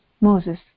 Moses